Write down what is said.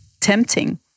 tempting